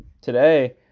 today